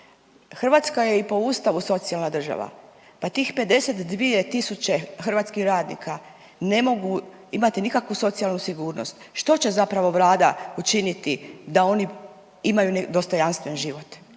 Hrvatska je i po ustavu socijalna država. Pa tih 52.000 hrvatskih radnika ne mogu imati nikakvu socijalnu sigurnost. Što će zapravo vlada učiniti da oni imaju dostojanstven život?